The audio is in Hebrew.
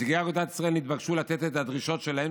נציגי אגודת ישראל נתבקשו לתת את הדרישות שלהם,